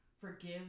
forgive